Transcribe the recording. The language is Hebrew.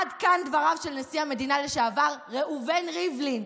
עד כאן דבריו של נשיא המדינה לשעבר ראובן ריבלין.